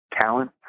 talent